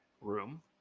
room